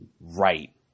right